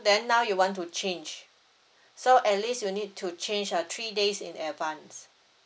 then now you want to change so at least you need to change uh three days in advance